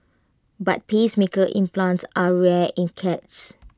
but pacemaker implants are rare in cats